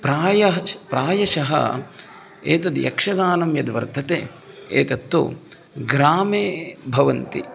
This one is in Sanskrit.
प्रायः च प्रायशः एतद् यक्षगानं यद् वर्तते एतत्तु ग्रामे भवन्ति